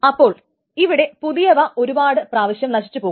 അപ്പോൾ ഇവിടെ പുതിയവ ഒരുപാടു പ്രാവശ്യം നശിച്ചു പോകും